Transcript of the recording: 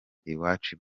iwacu